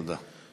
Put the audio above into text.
תודה.